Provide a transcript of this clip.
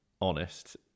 honest